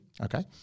okay